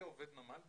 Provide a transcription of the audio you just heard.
כעובד נמל במינהל.